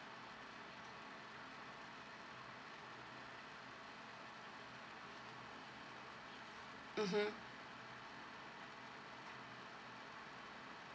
mmhmm